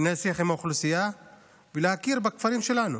לנהל שיח עם האוכלוסייה ולהכיר בכפרים שלנו.